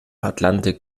atlantik